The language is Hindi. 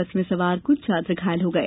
बस में सवार कुछ छात्र घायल हो गए